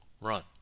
run